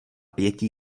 pěti